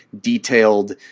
detailed